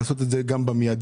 לעשות את זה גם במיידי.